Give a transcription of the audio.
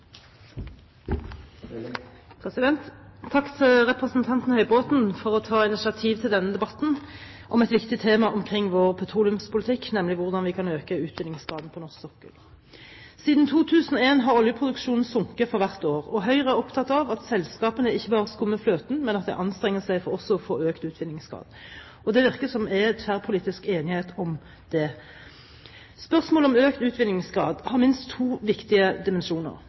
regjeringen. Takk til representanten Høybråten for å ha tatt initiativ til denne debatten om et viktig tema i vår petroleumspolitikk, nemlig hvordan vi kan øke utvinningsgraden på norsk sokkel. Siden 2001 har oljeproduksjonen sunket for hvert år, og Høyre er opptatt av at selskapene ikke bare skummer fløten, men at de anstrenger seg for også å få økt utvinningsgrad. Det virker som om det er tverrpolitisk enighet om det. Spørsmålet om økt utvinningsgrad har minst to viktige dimensjoner.